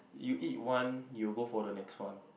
you eat one you'll go for the next one